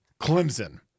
Clemson